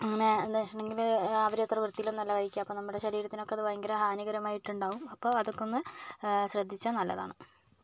അങ്ങനെ എന്താന്ന് വെച്ചിട്ടുണ്ടെങ്കില് അവര് അത്ര വൃത്തിയില്ലൊന്നും അല്ല വയ്ക്കുക ഫ അപ്പോൾ നമ്മുടെ ശരീരത്തിനൊക്കേ അത് ഭയങ്കര ഹാനികരമായിട്ടുണ്ടാകും അപ്പോൾ അതൊക്കെ ഒന്ന് ശ്രദ്ധിച്ചാല് നല്ലതാണ്